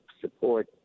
support